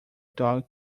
dog